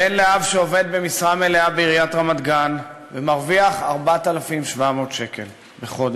בן לאב שעובד במשרה מלאה בעיריית רמת-גן ומרוויח 4,700 שקל לחודש.